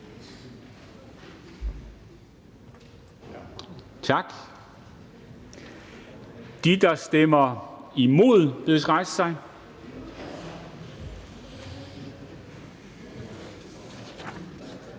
Tak. De, der stemmer imod, bedes rejse sig.